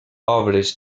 obres